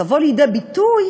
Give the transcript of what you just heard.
תבוא לידי ביטוי